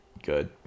good